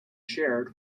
shared